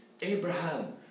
Abraham